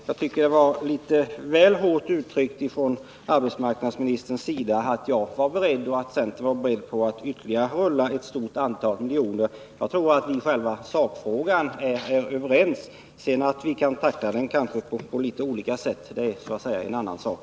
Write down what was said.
Jag tycker därför att arbetsmarknadsministern uttryckte sig väl hårt när han sade att jag och centerpartiet var beredda att låta ytterligare ett stort antal miljoner rulla. Jag tror att vi är överens i själva sakfrågan, och sedan är det en annan sak att vi tacklar den på litet olika sätt.